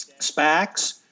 SPACs